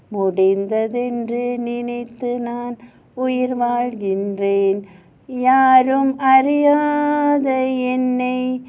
முடிந்ததென்று நினைத்து நான் உயிர் வாழ்கின்றேன் யாரும் அறியாத என்னை:mudiyathendru niniaththu naan uyir vaazhgindren yaarum airyaatha ennai